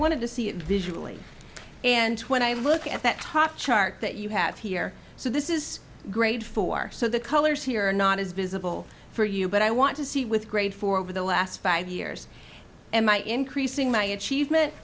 wanted to see it visually and when i look at that top chart that you have here so this is grade four so the colors here are not as visible for you but i want to see with grade four over the last five years and my increasing my achievement